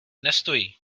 nestojí